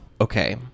Okay